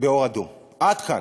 באור אדום, עד כאן.